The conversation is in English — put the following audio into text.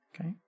Okay